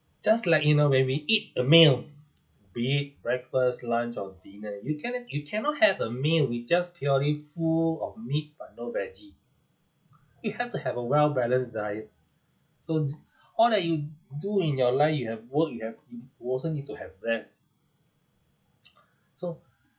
just like you know when we eat a meal be it breakfast lunch or dinner you cannot you cannot have a meal with just purely full of meat but no veggie you have to have a well balanced diet so all that you do in your life you have work you have you will also need to have rest so